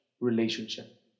relationship